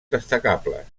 destacables